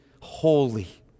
holy